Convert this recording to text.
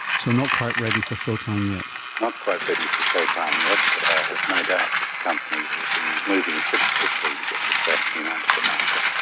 so not quite ready for showtime yet. not quite ready for showtime yet, but i have no doubt that the company will be moving pretty quickly to get this vaccine onto the market.